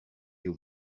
you